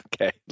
Okay